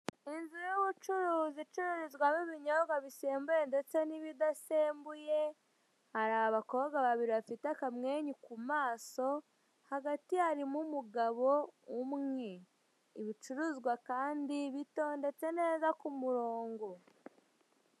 Inzu y'abacuru ibicururizwamo ibinyobwa bisembuye ndetse n'ibidasembuye, hari abakobwa babiri bafite akamwenyu ku maso, hagati harimo umugabo umwe. Ibicuruzwa kandi bitondetse neza ku murongo.